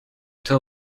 till